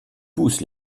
pousse